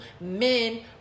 men